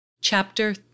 Chapter